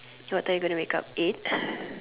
what time you going to wake up eight